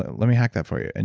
let me hack that for you. and